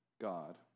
God